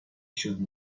should